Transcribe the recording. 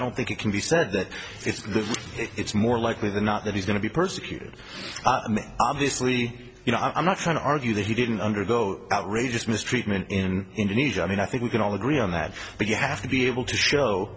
don't think it can be said that the it's more likely than not that he's going to be persecuted obviously you know i'm not trying to argue that he didn't undergo outrageous mistreatment in indonesia i mean i think we can all agree on that but you have to be able to show